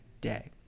day